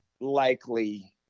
likely